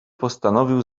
postanowił